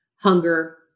hunger